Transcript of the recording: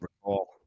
recall